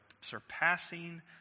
surpassing